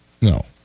No